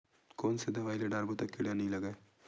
कोन से दवाई ल डारबो त कीड़ा नहीं लगय?